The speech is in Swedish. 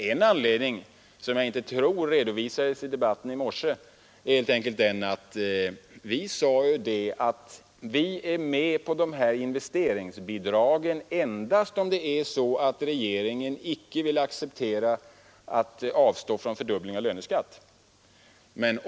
Nå, en anledning — som jag inte tror redovisades i debatten i morse — är helt enkelt att vi gick med på investeringsbidragen endast om regeringen icke ville acceptera att avstå från fördubbling av löneskatten.